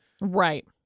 Right